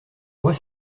vois